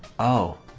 o